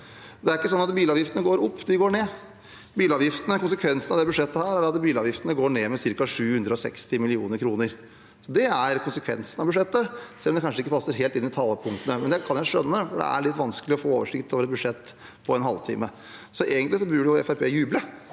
Det er ikke sånn at bilavgiftene går opp. De går ned. Konsekvensene av dette budsjettet er at bilavgiftene går ned med ca. 760 mill. kr. Det er konsekvensene av budsjettet, selv om de kanskje ikke passer helt inn i talepunktene, men det kan jeg skjønne, for det er litt vanskelig å få oversikt over et bud